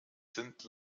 sind